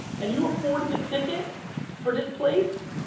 and you afford the ticket for this place,